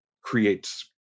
creates